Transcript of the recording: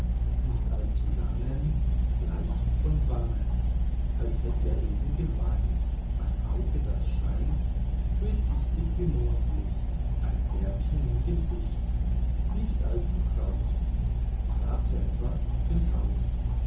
nicht allzu langen bleich von wangen als hätt er eben geweint ein auge das scheint durchsichtig wie mondlicht ein bärtchen im gesicht nicht allzu kraus grad so etwas fürs haus